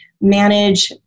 manage